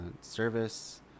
service